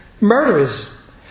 murderers